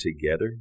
together